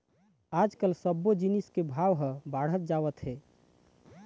आजकाल सब्बो जिनिस के भाव ह बाढ़त जावत हे